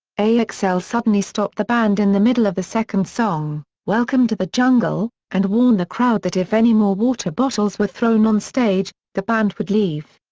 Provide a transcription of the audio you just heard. axl suddenly stopped the band in the middle of the second song, welcome to the jungle, and warned the crowd that if any more water bottles were thrown on stage, the band would leave.